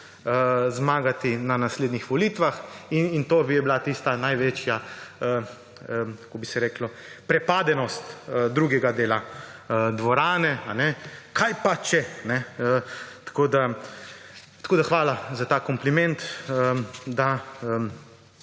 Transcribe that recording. zmagati na naslednjih volitvah in to bi bila tista največja – kako bi se reklo – prepadenost drugega dela dvorane: kaj pa če … Tako hvala za ta kompliment, da